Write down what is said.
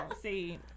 See